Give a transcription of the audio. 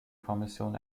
kommission